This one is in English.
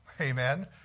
Amen